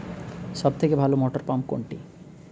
সবথেকে ভালো মটরপাম্প কোনটি?